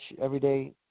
everyday